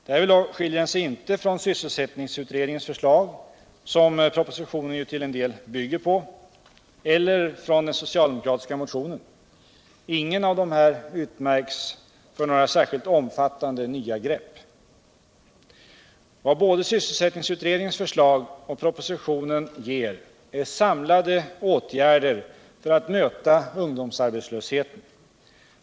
Därvidlag skiljer den sig inte från sysselsättningsutredningens förslag, som propositionen ju till en del bygger på, eller från den socialdemokratiska motionen. Ingen av dessa utmärker sig för några särskilt omfattande nya grepp. Vad både sysselsättningsutredningens förslag och propositionen ger är samlade åtgärder för att möta ungdomsarbetslösheten.